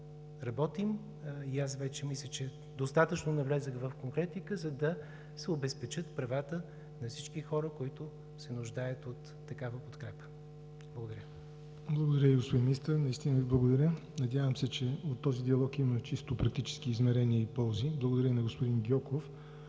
работим, и аз мисля, че достатъчно навлязох в конкретика, за да се обезпечат правата на всички хора, които се нуждаят от такава подкрепа. Благодаря. ПРЕДСЕДАТЕЛ ЯВОР НОТЕВ: Благодаря Ви, господин Министър. Надявам се, че от този диалог ще има чисто практически измерения и ползи. Благодаря и на господин Гьоков.